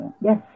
Yes